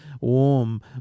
warm